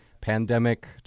pandemic